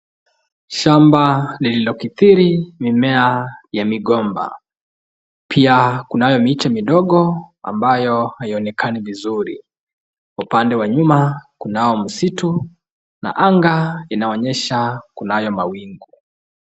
Shamba lililokithiri mimea ya migomba, pia kunayo miche midogo ambayo haionekani vizuri. Upande wa nyuma kunao msitu na anga inaonyesha kunayo mawingu.